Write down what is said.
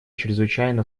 чрезвычайно